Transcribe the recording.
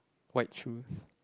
white shoes